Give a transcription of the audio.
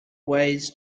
ways